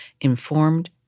Informed